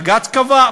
בג"ץ קבע,